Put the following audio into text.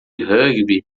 rugby